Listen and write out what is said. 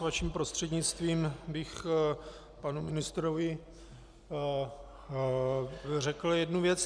Vaším prostřednictvím bych panu ministrovi řekl jednu věc.